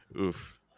Oof